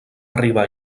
arribar